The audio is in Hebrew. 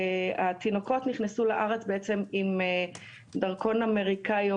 התינוקות נכנסו לארץ בעצם עם דרכון אמריקאי או